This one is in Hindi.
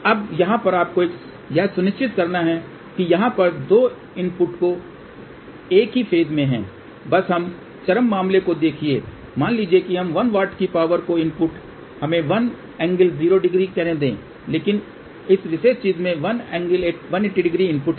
अब यहाँ पर आपको यह सुनिश्चित करना है कि यहाँ पर 2 इनपुट एक ही फ़ेज में हैं बस इस चरम मामले को देखिये मान लीजिए इस 1 W की पावर का इनपुट हमें 100 कहने दें लेकिन इस चीज़ में 11800 इनपुट है